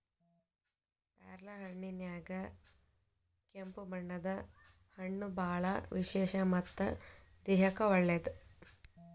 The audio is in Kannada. ಪ್ಯಾರ್ಲಹಣ್ಣಿನ್ಯಾಗ ಕೆಂಪು ಬಣ್ಣದ ಹಣ್ಣು ಬಾಳ ವಿಶೇಷ ಮತ್ತ ದೇಹಕ್ಕೆ ಒಳ್ಳೇದ